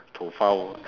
found